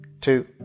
two